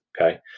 okay